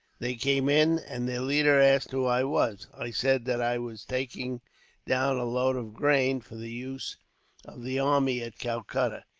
they came in, and their leader asked who i was. i said that i was taking down a load of grain, for the use of the army at calcutta.